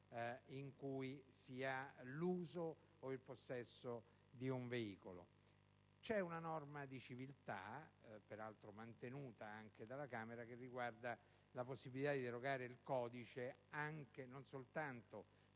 in cui si ha l'uso o il possesso di un veicolo. C'è una norma di civiltà, peraltro mantenuta dalla Camera, che riguarda la possibilità di derogare al codice non soltanto